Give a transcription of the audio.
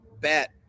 bet